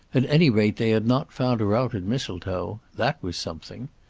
at any rate they had not found her out at mistletoe. that was something.